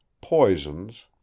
poisons